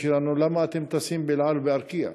שלנו: למה אתם טסים ב"אל על" וב"ארקיע"?